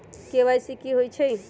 KYC कि होई छई?